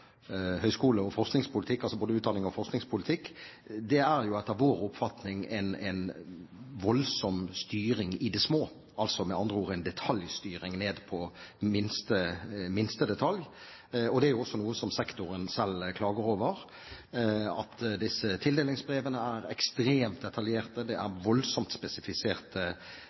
høyskole- og forskningspolitikk – altså utdannings- og forskningspolitikk – er at det etter vår oppfatning er en voldsom styring i det små. Med andre ord: en detaljstyring ned til hver minste detalj. Det er også noe som sektoren selv klager over, at disse tildelingsbrevene er ekstremt detaljerte, at det er voldsomt